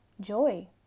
joy